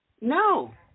No